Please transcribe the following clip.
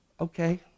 Okay